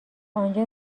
انجا